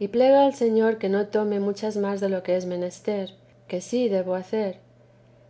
y plega al señor que no tome muchas n de lo que es menester que sí debo hacer